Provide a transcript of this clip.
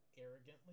arrogantly